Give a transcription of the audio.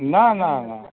ના ના ના